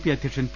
P അധ്യക്ഷൻ P